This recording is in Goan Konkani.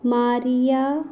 मारिया